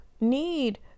need